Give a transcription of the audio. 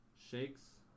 Shakes